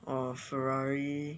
or ferrari